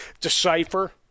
decipher